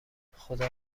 خدا